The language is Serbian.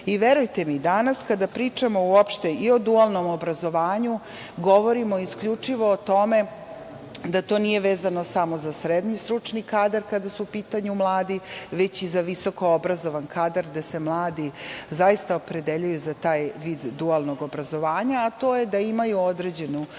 Verujte mi, danas kada pričamo uopšte i o dualnom obrazovanju govorimo isključivo o tome da to nije vezano samo za srednji stručni kadar, kada su u pitanju mladi, već i za visoko obrazovan kadar da se mladi opredeljuju za taj vid dualnog obrazovanja. To je da imaju određenu platu